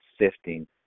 sifting